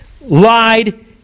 lied